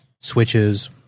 Switches